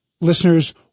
listeners